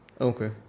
Okay